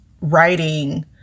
writing